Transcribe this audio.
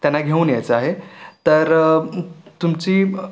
त्यांना घिऊन यायचं आहे तर तुमची